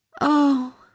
Oh